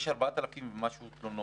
יש 4,000 ומשהו תלונות.